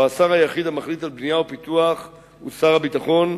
שבו השר היחיד המחליט על בנייה ופיתוח הוא שר הביטחון,